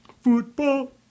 football